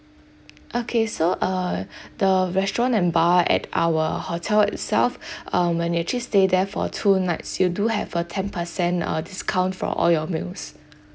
okay so uh the restaurant and bar at our hotel itself um when you actually stay there for two nights you do have a ten percent uh discount for all your meals